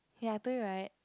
ya I told you right